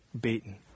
beaten